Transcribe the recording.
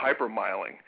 hypermiling